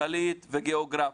כלכלית וגיאוגרפית,